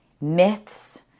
myths